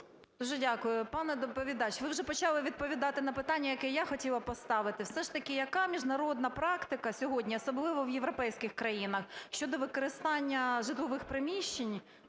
Дуже дякую. Пане доповідачу, ви вже почали відповідати на питання, яке я хотіла поставити, все ж таки, яка міжнародна практика сьогодні, особливо в європейських країнах, щодо використання житлових приміщень,